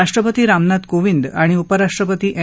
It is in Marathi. राष्ट्रपती रामनाथ कोविंद आणि उपराष्ट्रपती एम